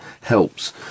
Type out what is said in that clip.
helps